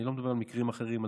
אני לא מדבר על מקרים אחרים,